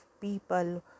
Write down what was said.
people